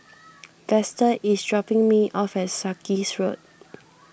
Vester is dropping me off at Sarkies Road